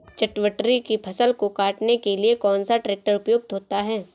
चटवटरी की फसल को काटने के लिए कौन सा ट्रैक्टर उपयुक्त होता है?